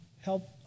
help